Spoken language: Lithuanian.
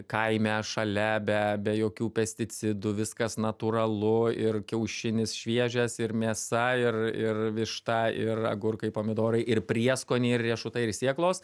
kaime šalia be be jokių pesticidų viskas natūralu ir kiaušinis šviežias ir mėsa ir ir višta ir agurkai pomidorai ir prieskoniai ir riešutai ir sėklos